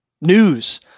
News